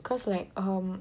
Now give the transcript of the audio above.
cause like um